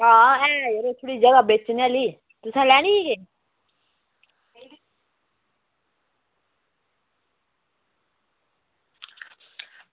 आं ऐ यरो एह् थोह्ड़ी बेचने आह्ली तुसें लैनी के